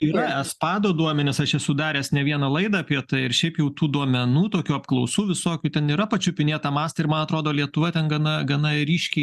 yra espado duomenys aš esu daręs ne vieną laidą apie tai ir šiaip jau tų duomenų tokių apklausų visokių ten yra pačiupinėta mastai ir man atrodo lietuva ten gana gana ryškiai